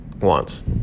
wants